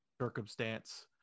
circumstance